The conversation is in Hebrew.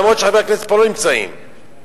אף-על-פי שחברי כנסת לא נמצאים פה.